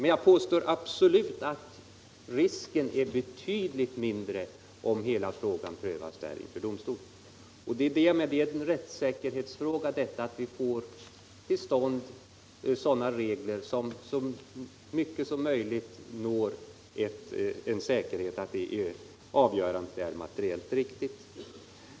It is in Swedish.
Men jag påstår absolut att risken är betydligt mindre om frågan prövas inför domstol. Det är en rättssäkerhetsfråga detta att vi får regler som så mycket som möjligt säkerställer att avgörandet blir materiellt riktigt.